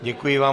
Děkuji vám.